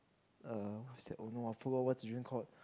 err what's that oh no I forgot what's that drink called